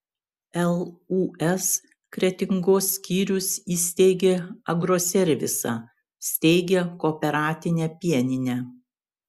lūs kretingos skyrius įsteigė agroservisą steigia kooperatinę pieninę